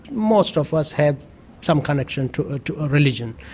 most of us have some connection to ah to a religion.